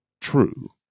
true